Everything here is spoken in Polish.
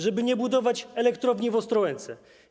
Żeby nie budować elektrowni w Ostrołęce.